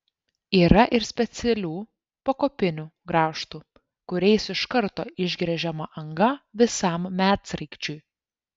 yra ir specialių pakopinių grąžtų kuriais iš karto išgręžiama anga visam medsraigčiui